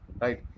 right